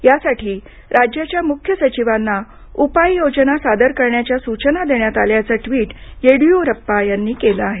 यासाठी राज्याच्या मुख्य सचिवांना उपाययोजना सादर करण्याच्या सूचना देण्यात आल्याचं ट्वीट येडीयुरप्पा यांनी केलं आहे